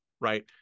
right